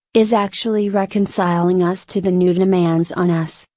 is actually reconciling us to the new demands on us,